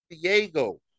Diego